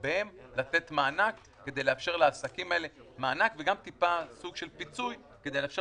ולגביהן לתת מענק וגם טיפה סוג של פיצוי כדי לאפשר